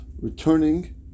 returning